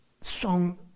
song